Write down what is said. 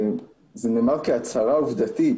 זה נאמר כהצהרה עובדתית,